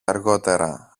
αργότερα